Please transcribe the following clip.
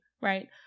Right